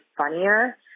funnier